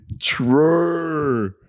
True